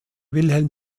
wilhelm